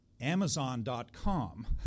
Amazon.com